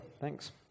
Thanks